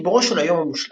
גיבורו של "היום המושלג",